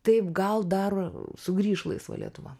taip gal dar sugrįš laisva lietuva